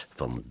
van